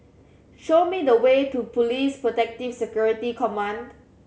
show me the way to Police Protective Security Command